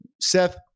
Seth